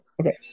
Okay